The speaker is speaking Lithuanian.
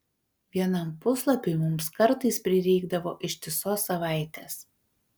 vienam puslapiui mums kartais prireikdavo ištisos savaitės